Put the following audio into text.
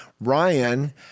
Ryan